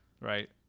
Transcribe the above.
right